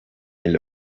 ile